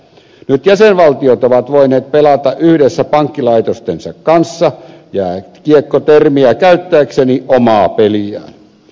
nyt jäsenvaltiot ovat voineet pelata yhdessä pankkilaitostensa kanssa jääkiekkotermiä käyttääkseni omaa peliään